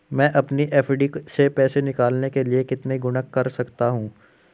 मैं अपनी एफ.डी से पैसे निकालने के लिए कितने गुणक कर सकता हूँ?